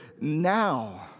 now